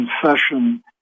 confession